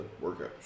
workout